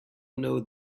know